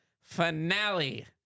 Finale